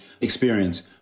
experience